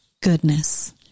goodness